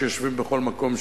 שיושבים בכל מקום,